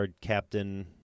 Captain